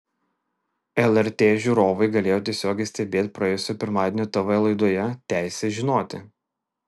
lrt žiūrovai galėjo tiesiogiai stebėti praėjusio pirmadienio tv laidoje teisė žinoti